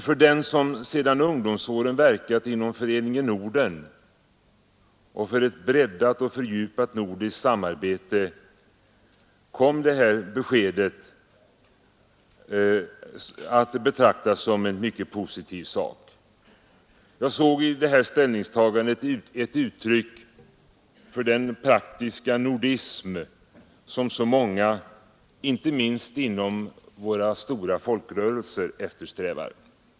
För den som sedan ungdomsåren verkat inom Föreningen Norden och för ett breddat och fördjupat nordiskt samarbete kom det här beskedet att betraktas som en mycket positiv sak. Jag såg i det ställningstagandet ett uttryck för den praktiska nordism som så många, inte minst inom våra stora folkrörelser, eftersträvar.